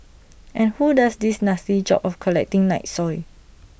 and who does this nasty job of collecting night soil